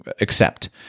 accept